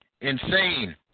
insane